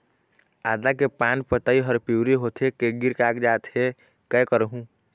आदा के पान पतई हर पिवरी होथे के गिर कागजात हे, कै करहूं?